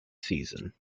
season